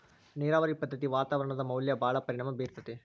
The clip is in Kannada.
ನೇರಾವರಿ ಪದ್ದತಿ ವಾತಾವರಣದ ಮ್ಯಾಲ ಭಾಳ ಪರಿಣಾಮಾ ಬೇರತತಿ